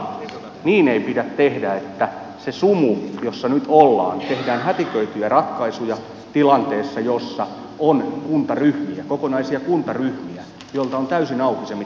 mutta niin ei pidä tehdä että siinä sumussa jossa nyt ollaan tehdään hätiköityjä ratkaisuja tilanteessa jossa on kuntaryhmiä kokonaisia kuntaryhmiä joilta on täysin auki se mitä tulossa on